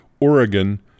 Oregon